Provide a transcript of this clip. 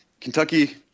Kentucky